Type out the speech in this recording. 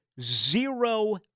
zero